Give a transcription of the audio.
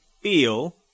feel